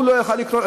הוא לא יוכל לקנות,